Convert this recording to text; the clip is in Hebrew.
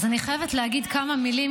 אז אני חייבת להגיד כמה מילים,